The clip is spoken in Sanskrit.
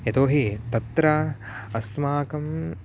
यतो हि तत्र अस्माकम्